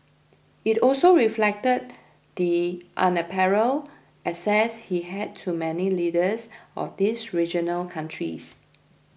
it also reflected the unparalleled access he had to many leaders of these regional countries